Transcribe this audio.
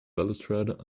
balustrade